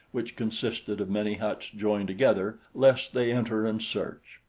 which consisted of many huts joined together, lest they enter and search.